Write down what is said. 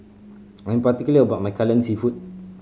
I am particular about my Kai Lan Seafood